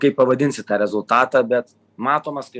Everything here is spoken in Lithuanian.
kaip pavadinsi tą rezultatą bet matomas kai